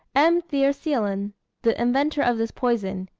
m. thiercelin, the inventor of this poison,